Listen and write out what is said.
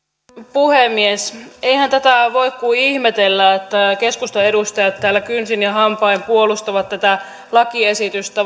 puhemies eihän tätä voi kuin ihmetellä että keskustan edustajat täällä kynsin ja hampain puolustavat tätä lakiesitystä